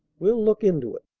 we'll look into it.